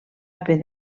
haver